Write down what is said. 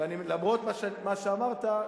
ולמרות מה שאמרת,